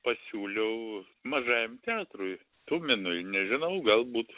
pasiūliau mažajam teatrui tuminui nežinau galbūt